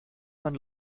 man